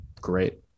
great